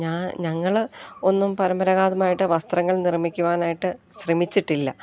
ഞാൻ ഞങ്ങൾ ഒന്നും പരമ്പരാഗതമായിട്ട് വസ്ത്രങ്ങൾ നിർമ്മിക്കുവാനായിട്ട് ശ്രമിച്ചിട്ടില്ല